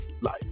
life